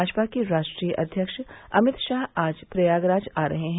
भाजपा के राष्ट्रीय अध्यक्ष अमित शाह आज प्रयागराज आ रहे हैं